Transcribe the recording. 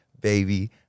baby